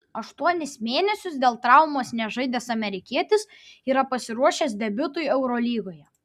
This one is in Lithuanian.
aštuonis mėnesius dėl traumos nežaidęs amerikietis yra pasiruošęs debiutui eurolygoje